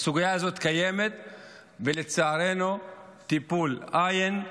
הסוגיה הזאת קיימת ולצערנו טיפול אין,